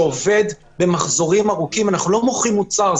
אנחנו לא מוכרים מוצר.